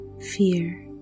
fear